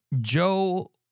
Joe